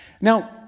now